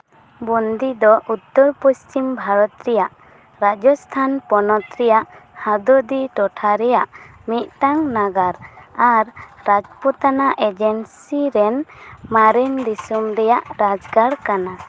ᱵᱚᱱᱫᱤ ᱫᱚ ᱩᱛᱛᱚᱨᱼᱯᱚᱥᱪᱷᱤᱢ ᱵᱷᱟᱨᱚᱛ ᱨᱮᱭᱟᱜ ᱨᱟᱡᱚᱥᱛᱷᱟᱱ ᱯᱚᱱᱚᱛ ᱨᱮᱭᱟᱜ ᱦᱟᱫᱳᱫᱤ ᱴᱚᱴᱷᱟ ᱨᱮᱭᱟᱜ ᱢᱤᱫᱴᱟᱝ ᱱᱟᱜᱟᱨ ᱟᱨ ᱨᱟᱡᱽᱯᱩᱛᱟᱱᱟ ᱮᱡᱮᱱᱥᱤ ᱨᱮᱱ ᱢᱟᱨᱮᱱ ᱫᱤᱥᱚᱢ ᱨᱮᱭᱟᱜ ᱨᱟᱡᱽᱜᱟᱲ ᱠᱟᱱᱟ